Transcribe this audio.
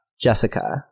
Jessica